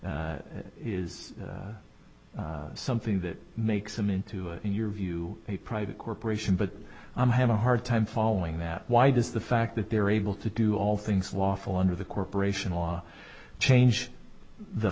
is something that makes them into your view a private corporation but i'm have a hard time following that why does the fact that they're able to do all things lawful under the corporation law change the